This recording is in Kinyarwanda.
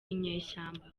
inyeshyamba